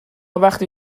وقتی